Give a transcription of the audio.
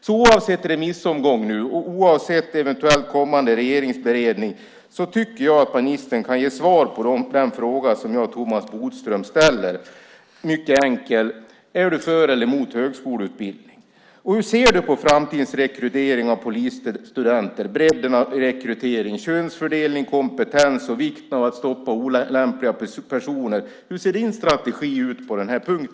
Så oavsett remissomgång, och oavsett eventuell kommande regeringsberedning, tycker jag att ministern kan ge svar på den fråga som jag och Thomas Bodström ställer. Den är mycket enkel: Är du för eller mot högskoleutbildning? Hur ser du på framtidens rekrytering av polisstudenter, bredden av rekrytering, könsfördelning, kompetens och vikten av att stoppa olämpliga personer? Hur ser din strategi ut på den här punkten?